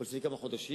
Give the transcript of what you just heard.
או לפני כמה חודשים,